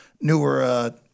newer